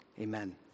Amen